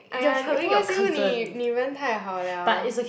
!aiya! who ask you 你人太好了